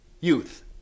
Youth